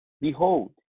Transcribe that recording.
behold